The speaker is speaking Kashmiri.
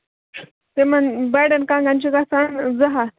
تِمن بَڈین کَنٛگَن چھِ گژھان زٕ ہَتھ